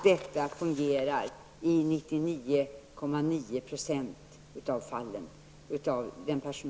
Detta fungerar i 99,9 % av fallen.